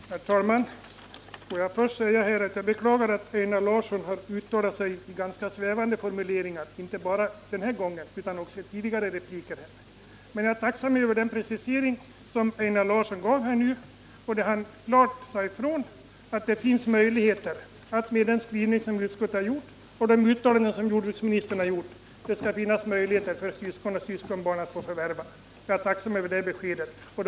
Herr talman! Låt mig först säga att jag beklagar att Einar Larsson har uttalat sig i ganska svävande ordalag inte bara i det senaste anförandet utan också i tidigare repliker. Jag är dock tacksam för den precisering som Einar Larsson nu gjort, där han klart sade ifrån att det enligt utskottets skrivning och enligt de uttalanden som jordbruksministern har gjort skall finnas möjlighet för syskon och syskonbarn till överlåtaren att utan förvärvstillstånd enligt 1 § jordförvärvslagen förvärva jordbruksfastighet.